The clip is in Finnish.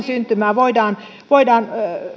syntymää voidaan voidaan